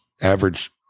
average